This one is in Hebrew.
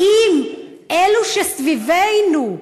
האם אלו שסביבנו,